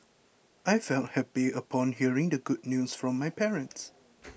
I felt happy upon hearing the good news from my parents